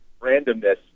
randomness